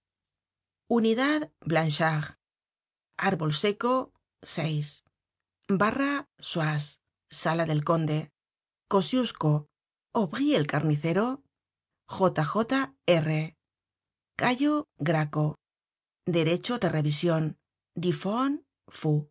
unidad bla arbol seco barra soize sala del conde kosciusko aubry el carnicero j j r cayo graco derecho de revision